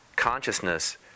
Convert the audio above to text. Consciousness